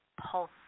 pulse